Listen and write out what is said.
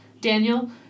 Daniel